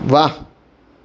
वाह